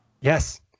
Yes